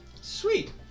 Sweet